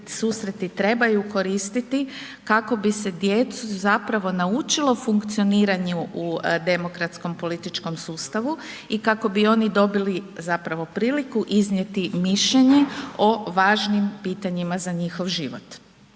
trebaju koristiti kako bi se djecu zapravo naučilo funkcioniranju u demokratskom, političkom sustavu i kako bi oni dobili zapravo priliku iznijeti mišljenje o važnim pitanjima za njihov život.